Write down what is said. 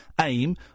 aim